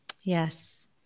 Yes